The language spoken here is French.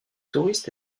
touristes